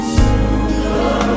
sooner